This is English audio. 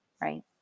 right